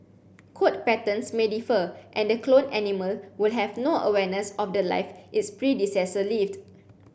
coat patterns may differ and the cloned animal will have no awareness of The Life its predecessor lived